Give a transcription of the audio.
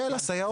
כן, לסייעות.